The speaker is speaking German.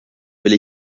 will